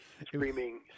screaming